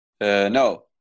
No